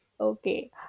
Okay